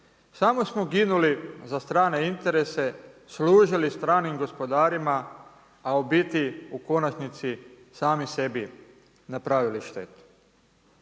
samo smo ginuli za strane interese, služili stranim gospodarima, a u biti u konačnici sami sebi napravili štetu.